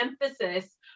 emphasis